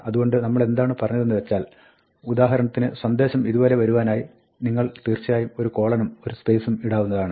അതുകൊണ്ട് നമ്മളെന്താണ് പറഞ്ഞതെന്ന് വെച്ചാൽ ഉദാഹരണത്തിന് സന്ദേശം ഇതുപോലെ വരുവാനായി നിങ്ങൾക്ക് തീർച്ചയായും ഒരു കോളനും ഒരു സ്പേസും ഇടാവുന്നതാണ്